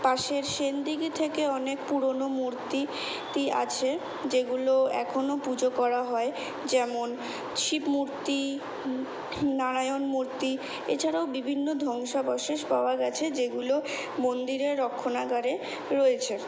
পাশের সেন দিঘি থেকে অনেক পুরোনো মূর্তিটি আছে যেগুলো এখনো পুজো করা হয় যেমন শিব মূর্তি নারায়ণ মূর্তি এছাড়াও বিভিন্ন ধ্বংসাবশেষ পাওয়া গেছে যেগুলো মন্দিরের রক্ষণাগারে রয়েছে